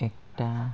একটা